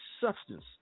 substance